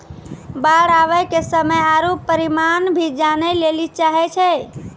बाढ़ आवे के समय आरु परिमाण भी जाने लेली चाहेय छैय?